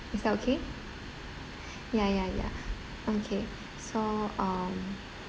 is that okay ya ya ya okay so um